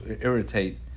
irritate